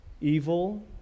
evil